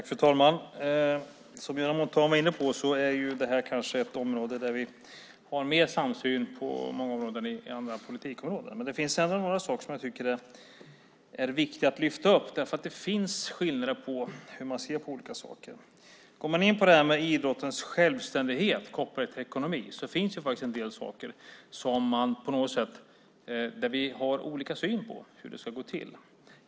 Fru talman! Som Göran Montan var inne på är det här kanske ett område där vi har mer samsyn än i andra politikområden. Men det finns några saker som jag tycker är viktiga att lyfta upp. Det finns skillnader i hur man ser på olika saker. Går man in på idrottens självständighet kopplad till ekonomi finns det en del saker där vi har olika syn på hur det ska gå till.